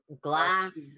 glass